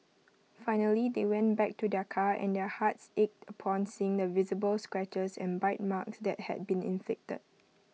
finally they went back to their car and their hearts ached upon seeing the visible scratches and bite marks that had been inflicted